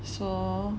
so